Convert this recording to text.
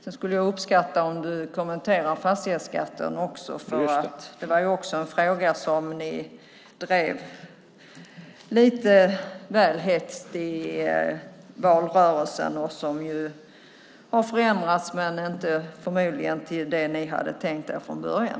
Jag skulle uppskatta om du kommenterar fastighetsskatten. Det var också en fråga som ni drev lite väl hätskt i valrörelsen. Det har förändrats men förmodligen inte till det ni hade tänkt er från början.